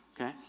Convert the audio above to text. okay